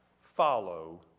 Follow